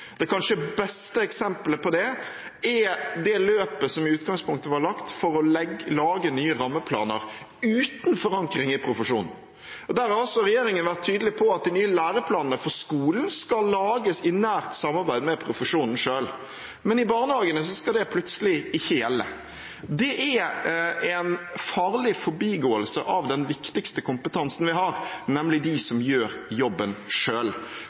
Det kanskje beste eksemplet på det er det løpet som i utgangspunktet var lagt for å lage nye rammeplaner uten forankring i profesjon. Der har altså regjeringen vært tydelig på at de nye læreplanene for skolen skal lages i nært samarbeid med profesjonen selv. Men i barnehagene skal det plutselig ikke gjelde. Det er en farlig forbigåelse av den viktigste kompetansen vi har, nemlig de som gjør jobben